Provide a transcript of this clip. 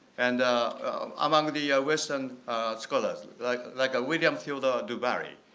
and among the ah western scholars like like william fielder du barry